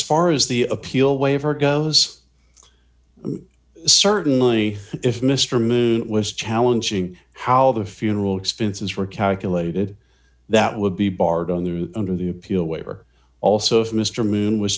far as the appeal waiver goes certainly if mr moon was challenging how the funeral expenses were calculated that would be barred on the under the appeal waiver also if mr moon was